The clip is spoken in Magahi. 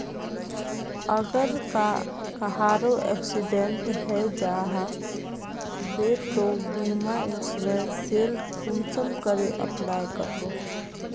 अगर कहारो एक्सीडेंट है जाहा बे तो बीमा इंश्योरेंस सेल कुंसम करे अप्लाई कर बो?